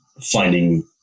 finding